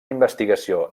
investigació